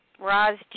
Roz